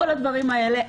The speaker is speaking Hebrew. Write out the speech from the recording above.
כל הדברים האלה,